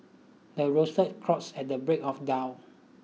the roasted crows at the break of dull